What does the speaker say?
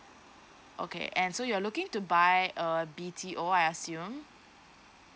okay and so you are looking to buy a B_T_O I assume